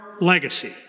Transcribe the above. legacy